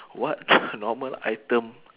what normal item